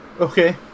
Okay